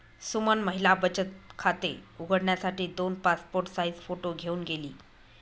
सुमन महिला बचत खाते उघडण्यासाठी दोन पासपोर्ट साइज फोटो घेऊन गेली